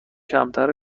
کمتر